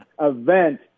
event